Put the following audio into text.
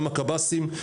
גם הקב"סים,